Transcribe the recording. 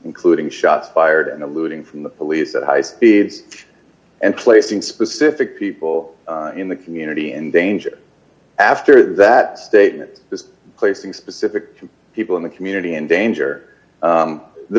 including shots fired and eluding from the police that high speed and placing specific people in the community in danger after that statement placing specific people in the community in danger